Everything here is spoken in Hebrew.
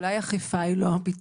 אולי אכיפה היא לא הפתרון.